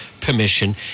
permission